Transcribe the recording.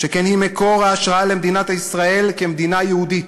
שכן היא מקור ההשראה למדינת ישראל כמדינה יהודית,